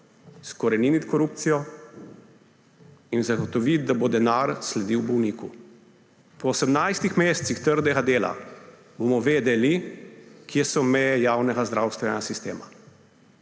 izkoreniniti korupcijo in zagotoviti, da bo denar sledil bolniku. Po 18 mesecih trdega dela bomo vedeli, kje so meje javnega zdravstvenega sistema.